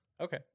Okay